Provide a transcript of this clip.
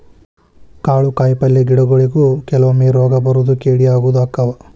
ಕಾಳು ಕಾಯಿಪಲ್ಲೆ ಗಿಡಗೊಳಿಗು ಕೆಲವೊಮ್ಮೆ ರೋಗಾ ಬರುದು ಕೇಡಿ ಆಗುದು ಅಕ್ಕಾವ